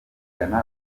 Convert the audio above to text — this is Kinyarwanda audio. ghana